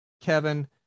kevin